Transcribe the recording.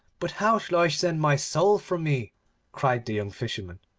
but how shall i send my soul from me cried the young fisherman.